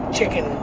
chicken